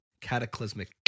cataclysmic